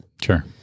Sure